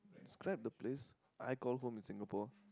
describe the place I call home in Singapore